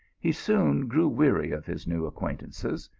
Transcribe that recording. he soon grew weary of his new acquaintances,